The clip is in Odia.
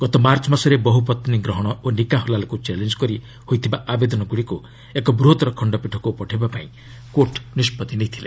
ଗତ ମାର୍ଚ୍ଚ ମାସରେ ବହୁପତ୍ନୀ ଗ୍ରହଣ ଓ ନିକାହ ହଲାଲାକୁ ଚାଲେଞ୍ଜ କରି ହୋଇଥିବା ଆବେଦନଗୁଡ଼ିକୁ ଏକ ବୃହତ୍ତର ଖଣ୍ଡପୀଠକୁ ପଠାଇବା ପାଇଁ କୋର୍ଟ ନିଷ୍ପତ୍ତି ନେଇଥିଲେ